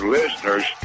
listeners